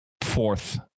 fourth